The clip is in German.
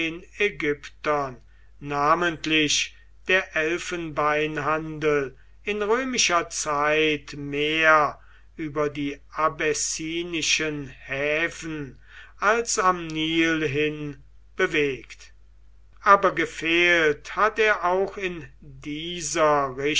ägyptern namentlich der elfenbeinhandel in römischer zeit mehr über die abessinischen häfen als am nil hin bewegt aber gefehlt hat er auch in dieser